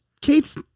Kate's